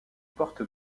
porte